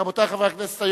רבותי חברי הכנסת,